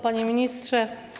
Panie Ministrze!